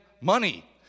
money